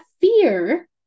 fear